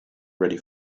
ready